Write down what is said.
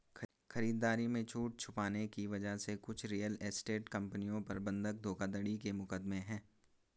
खरीदारी में छूट छुपाने की वजह से कुछ रियल एस्टेट कंपनियों पर बंधक धोखाधड़ी के मुकदमे हैं